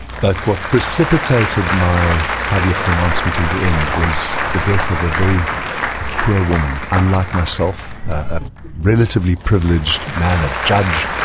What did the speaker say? but what precipitated my public pronouncement in the end was the death of a very poor woman, unlike myself, a relatively privileged man, a judge,